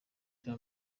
cya